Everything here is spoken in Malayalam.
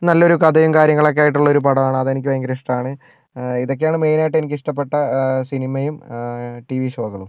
നല്ലൊരു കഥയും കാര്യങ്ങളൊക്കെ ആയിട്ടുള്ളൊരു പടമാണ് അതെനിക്ക് ഭയങ്കര ഇഷ്ടമാണ് ഇതൊക്കെയാണ് മെയിൻ ആയിട്ട് എനിക്ക് ഇഷ്ടപ്പെട്ട സിനിമയും ടി വി ഷോകളും